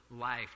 life